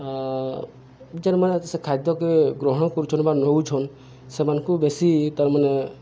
ଆ ଯେନ୍ ମାନେ ସେ ଖାଦ୍ୟକେ ଗ୍ରହଣ କରୁଛନ୍ ବା ନଉଛନ୍ ସେମାନଙ୍କୁ ବେଶୀ ତାର୍ ମାନେ